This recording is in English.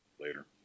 Later